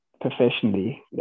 professionally